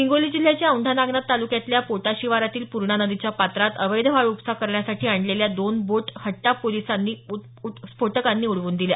हिंगोली जिल्ह्याच्या औैंढा नागनाथ तालुक्यातल्या पोटा शिवारातील पूर्णा नदीच्या पात्रात अवैध वाळू उपसा करण्यासाठी आणलेल्या दोन बोट हट्टा पोलिसांनी स्फोटकांनी उडवून दिल्या